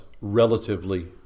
relatively